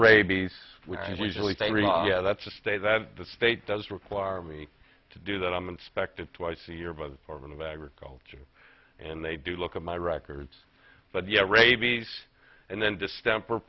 rabies weasely say well yeah that's a state that the state does require me to do that i'm inspected twice a year by the foreman of agriculture and they do look at my records but the rabies and then distemper